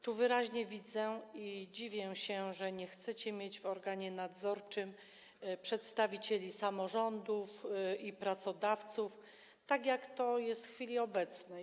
Tu wyraźnie widzę - i dziwię się - że nie chcecie mieć w organie nadzorczym przedstawicieli samorządów i pracodawców, tak jak to jest w chwili obecnej.